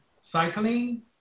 cycling